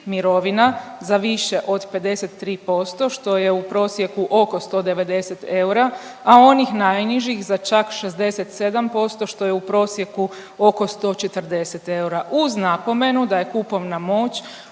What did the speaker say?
za više od 53% što je u prosjeku oko 190 eura, a onih najnižih za čak 67% što je u prosjeku oko 140 eura uz napomenu da je kupovna moć